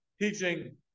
teaching